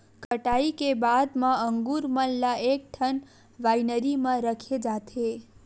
कटई के बाद म अंगुर मन ल एकठन वाइनरी म रखे जाथे